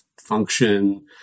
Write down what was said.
function